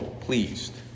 pleased